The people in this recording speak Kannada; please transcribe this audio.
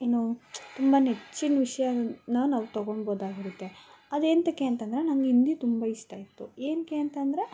ಇನ್ನೂ ತುಂಬ ನೆಚ್ಚಿನ್ ವಿಷಯ ನ ನಾವು ತೊಗೊಂಬೋದಾಗಿರುತ್ತೆ ಅದೇಂತಕ್ಕೆ ಅಂತಂದರೆ ನಂಗೆ ಹಿಂದಿ ತುಂಬ ಇಷ್ಟ ಇತ್ತು ಏನಕ್ಕೆ ಅಂತಂದರೆ